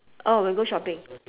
oh when you go shopping